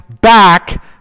back